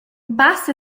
passa